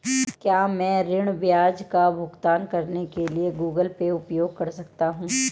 क्या मैं ऋण ब्याज का भुगतान करने के लिए गूगल पे उपयोग कर सकता हूं?